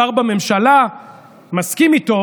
שר בממשלה מסכים איתו,